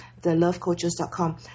thelovecoaches.com